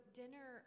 dinner